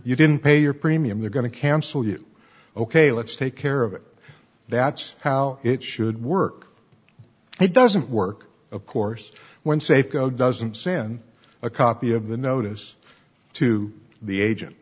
you didn't pay your premium they're going to cancel you ok let's take care of it that's how it should work it doesn't work of course when safeco doesn't send a copy of the notice to the agent